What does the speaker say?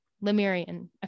Lemurian